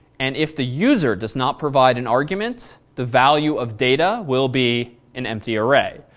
and if the user does not provide an argument, the value of data will be in empty array.